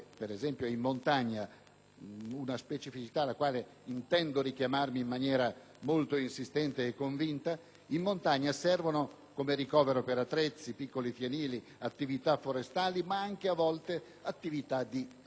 una specificità alla quale intendo richiamarmi in maniera molto insistente e convinta - servono come ricovero per attrezzi, piccoli fienili, attività forestali, ma talvolta anche per attività di ricreazione e di ritrovo.